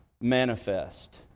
manifest